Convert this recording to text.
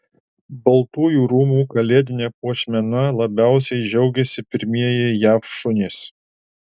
baltųjų rūmų kalėdine puošmena labiausiai džiaugiasi pirmieji jav šunys